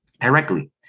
directly